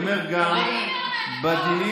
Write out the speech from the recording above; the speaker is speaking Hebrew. הטענה